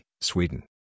Sweden